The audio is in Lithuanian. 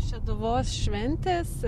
šeduvos šventės